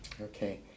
Okay